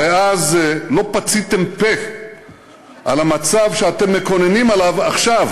הרי אז לא פציתם פה על המצב שאתם מקוננים עליו עכשיו.